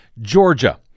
Georgia